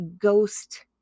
ghost